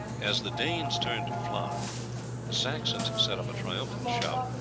as the danes turned to fly the saxons set up a triumphant shout,